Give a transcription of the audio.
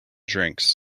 drinks